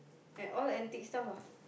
and all antique stuff ah